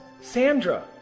Sandra